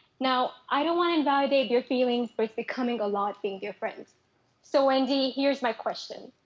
now i don't wanna invalidate your feelings but it's becoming a lot been different. so wendy, here's my question,